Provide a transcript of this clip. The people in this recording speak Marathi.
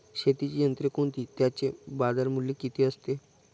शेतीची यंत्रे कोणती? त्याचे बाजारमूल्य किती असते?